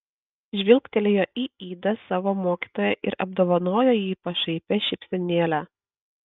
žvilgtelėjo į idą savo mokytoją ir apdovanojo jį pašaipia šypsenėle